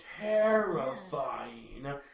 Terrifying